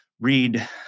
read